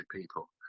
people